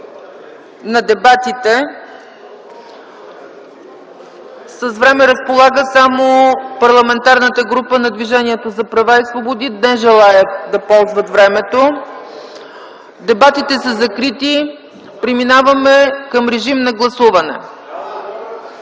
на дебатите, с време разполага само Парламентарната група на Движението за права и свободи. Те не желаят да ползват времето. Дебатите са закрити. Преминаваме към режим на гласуване.